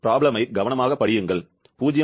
எனவே சிக்கலை கவனமாகப் படியுங்கள் 0